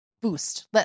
boost